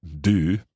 du